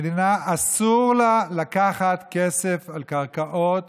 למדינה אסור לקחת כסף על קרקעות